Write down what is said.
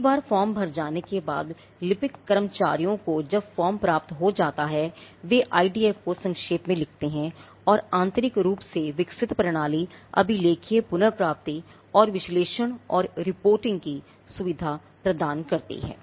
एक बार फॉर्म भर जाने के बाद लिपिक कर्मचारियों को जब फॉर्म प्राप्त हो जाता है वे आईडीएफ को संक्षेप में लिखते हैं और आंतरिक रूप से विकसित प्रणाली अभिलेखीय पुनर्प्राप्ति और विश्लेषण और रिपोर्टिंग की सुविधा प्रदान करती है